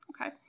Okay